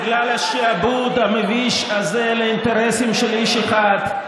בגלל השעבוד המביש הזה לאינטרסים של איש אחד,